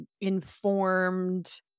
informed